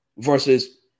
Versus